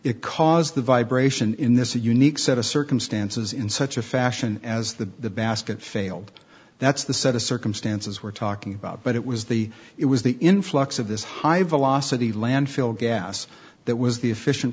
it caused the vibration in this unique set of circumstances in such a fashion as the basket failed that's the set of circumstances we're talking about but it was the it was the influx of this high velocity landfill gas that was the efficient